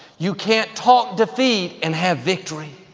you can't talk defeat and have victory.